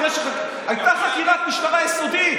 אחרי שהייתה חקירת משטרה יסודית.